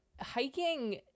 hiking